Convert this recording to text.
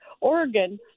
Oregon